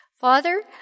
Father